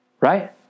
Right